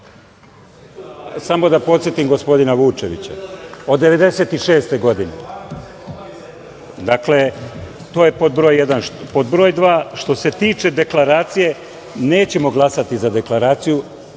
samo da podsetim gospodina Vučevića, od 1996. godine. Dakle, to je pod broj jedan. Pod broj dva, što se tiče deklaracije, nećemo glasati za deklaraciju,